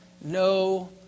no